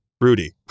Rudy